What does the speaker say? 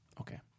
Okay